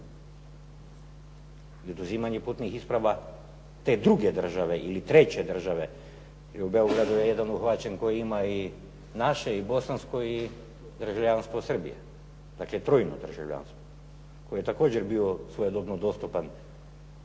i oduzimanja tih putnih isprava te druge države ili tre će države. Jer u Beogradu je jedan uhvaćen koji ima i naše i bosansko i državljanstvo Srbije, dakle trojno državljanstvo. Koje je također svojedobno dostupan